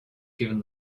given